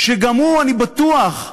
שגם הוא, אני בטוח,